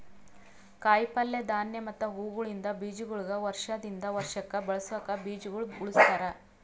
ಕಾಯಿ ಪಲ್ಯ, ಧಾನ್ಯ ಮತ್ತ ಹೂವುಗೊಳಿಂದ್ ಬೀಜಗೊಳಿಗ್ ವರ್ಷ ದಿಂದ್ ವರ್ಷಕ್ ಬಳಸುಕ್ ಬೀಜಗೊಳ್ ಉಳುಸ್ತಾರ್